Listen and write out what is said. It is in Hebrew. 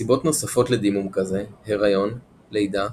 סיבות נוספות לדימום כזה הריון, לידה,